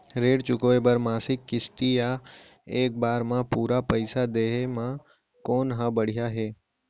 ऋण चुकोय बर मासिक किस्ती या एक बार म पूरा पइसा देहे म कोन ह बढ़िया हे?